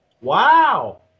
wow